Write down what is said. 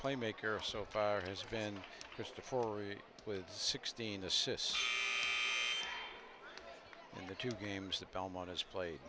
playmaker so far has been just a four e with sixteen assists in the two games that belmont has played